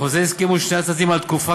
בחוזה הסכימו שני הצדדים על תקופה